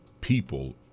people